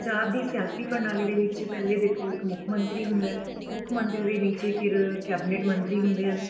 ਪੰਜਾਬ ਦੀ ਸਿਆਸੀ ਪ੍ਰਣਾਲੀ ਦੇ ਵਿੱਚ ਪਹਿਲੇ ਦੇਖੋ ਇੱਕ ਮੁੱਖ ਮੰਤਰੀ ਹੁੰਦਾ ਹੈ ਮੁੱਖ ਮੰਤਰੀ ਦੇ ਨੀਚੇ ਫਿਰ ਕੈਬਨਿਟ ਮੰਤਰੀ ਹੁੰਦੇ ਹਨ